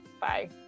Bye